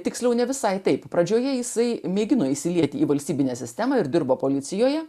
tiksliau ne visai taip pradžioje jisai mėgino įsilieti į valstybinę sistemą ir dirbo policijoje